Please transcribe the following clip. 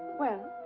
well?